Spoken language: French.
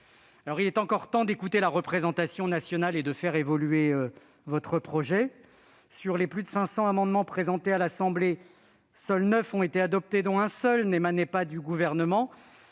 Il est encore temps d'écouter la représentation nationale et de faire évoluer votre projet. Sur plus de 500 amendements présentés à l'Assemblée nationale, neuf seulement ont été adoptés, dont un seul n'émanait pas du Gouvernement.